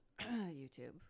YouTube